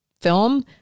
film